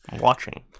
watching